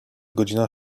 godzina